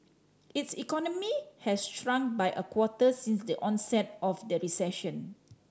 its economy has shrunk by a quarter since the onset of the recession